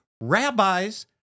rabbis